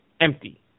empty